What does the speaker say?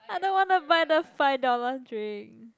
I don't wanna buy the five dollar drink